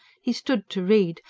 he stood to read,